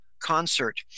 concert